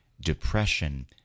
depression